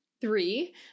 three